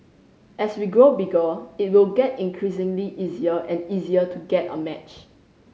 as we grow bigger it will get increasingly easier and easier to get a match